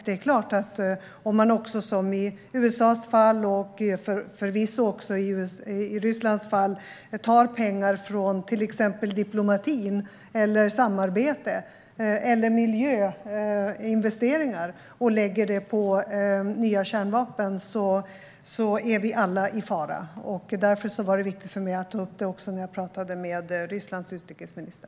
Det är klart att om man också, som i USA:s fall och förvisso också i Rysslands fall, tar pengar från till exempel diplomati, samarbete eller miljöinvesteringar och i stället lägger dem på nya kärnvapen är vi alla i fara, och därför var det viktigt för mig att också ta upp det när jag pratade med Rysslands utrikesminister.